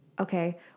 okay